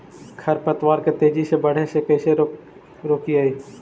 खर पतवार के तेजी से बढ़े से कैसे रोकिअइ?